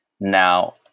Now